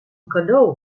cadeau